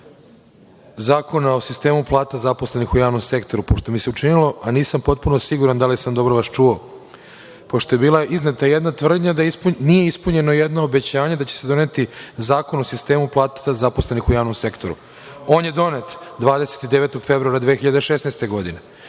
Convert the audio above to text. Zakona o sistemu plata zaposlenih u javnom sektoru, pošto mi se učinilo, a nisam potpuno siguran da li sam vas dobro čuo. Bila je izneta jedna tvrdnja da nije ispunjeno jedno obećanje da će se doneti Zakon o sistemu plata zaposlenih u javnom sektoru. On je donet 29. februara 2016. godine.